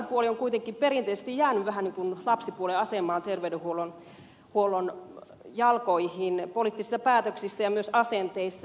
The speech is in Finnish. sosiaalipuoli on kuitenkin perinteisesti jäänyt vähän kuin lapsipuolen asemaan terveydenhuollon jalkoihin poliittisissa päätöksissä ja myös asenteissa